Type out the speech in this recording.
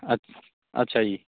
ਅੱਛ ਅੱਛਾ ਜੀ